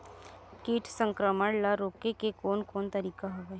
कीट संक्रमण ल रोके के कोन कोन तरीका हवय?